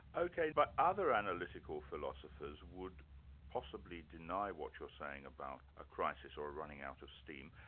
ok, but other analytical philosophers would possibly deny what you're saying about a crisis, or running out of steam.